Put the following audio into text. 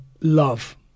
love